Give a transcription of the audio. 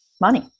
money